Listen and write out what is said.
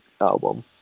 album